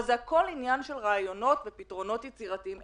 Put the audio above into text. אבל זה הכול עניין של רעיונות ופתרונות יצירתיים.